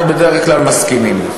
אנחנו בדרך כלל מסכימים.